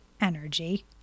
energy